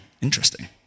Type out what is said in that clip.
Interesting